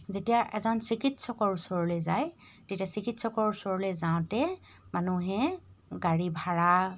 যেতিয়া এজন চিকিৎসকৰ ওচৰলৈ যায় তেতিয়া চিকিৎসকৰ ওচৰলৈ যাওঁতে মানুহে গাড়ী ভাড়া